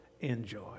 enjoy